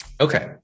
Okay